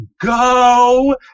go